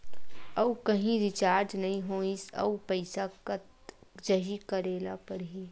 आऊ कहीं रिचार्ज नई होइस आऊ पईसा कत जहीं का करेला पढाही?